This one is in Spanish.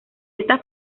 esta